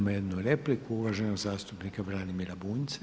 Imamo jednu repliku, uvaženog zastupnika Branimira Bunjca.